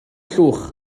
llwch